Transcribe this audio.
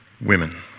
women